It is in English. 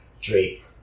Drake